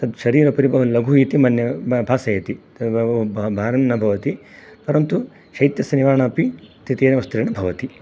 तत् शरीरोपरि बहुलघु इति मन्ये भासयति भारं न भवति परन्तु शैत्यस्य निवारणमपि तेन वस्त्रेण भवति